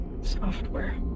software